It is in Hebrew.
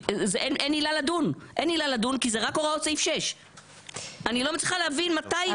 אין עילה לדון כי זה רק הוראות סעיף 6. אני לא מצליחה להבין מתי היא צריכה לדון.